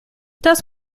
das